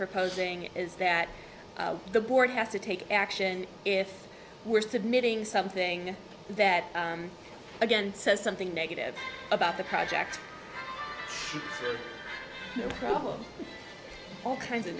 proposing is that the board has to take action if we're submitting something that again says something negative about the project problem all kinds of